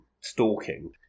stalking